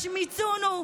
ישמיצונו,